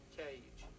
cage